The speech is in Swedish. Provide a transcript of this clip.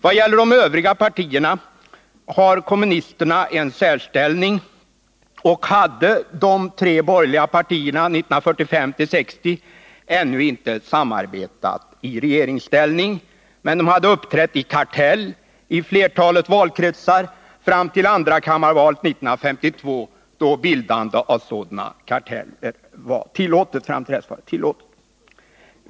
Vad gäller de övriga partierna har kommunisterna en särställning. De tre borgerliga partierna hade 1945-1960 ännu inte samarbetat i regeringsställning, men de hade uppträtt i kartell i flertalet valkretsar fram till andrakammarvalet 1952, då bildande av sådana karteller förbjöds.